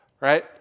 right